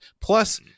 Plus